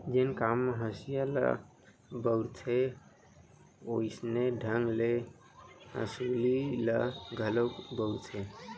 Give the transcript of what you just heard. जेन काम म हँसिया ल बउरथे वोइसने ढंग ले हँसुली ल घलोक बउरथें